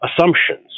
assumptions